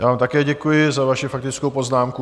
Já vám také děkuji za vaši faktickou poznámku.